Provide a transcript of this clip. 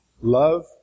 Love